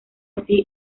así